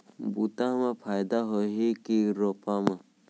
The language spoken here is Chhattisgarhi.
बुता म फायदा होही की रोपा म?